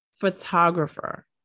photographer